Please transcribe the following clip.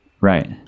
Right